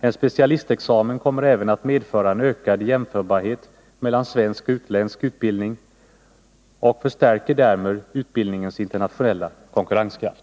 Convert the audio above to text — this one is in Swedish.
En specialistexamen kommer även att medföra en ökad jämförbarhet mellan svensk och utländsk utbildning och förstärker därmed utbildningens internationella konkurrenskraft.